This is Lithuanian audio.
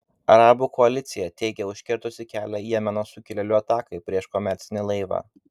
arabų koalicija teigia užkirtusi kelią jemeno sukilėlių atakai prieš komercinį laivą